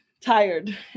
tired